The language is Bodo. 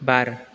बार